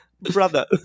Brother